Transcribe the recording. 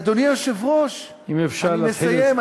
אדוני היושב-ראש, אם אפשר להתחיל, אני מסיים.